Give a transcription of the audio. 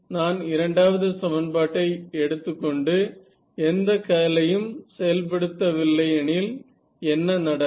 நான் இரண்டாவது சமன்பாட்டை எடுத்துக்கொண்டு எந்த கர்ல் யும் செயல்படுத்த வில்லை எனில் என்ன நடக்கும்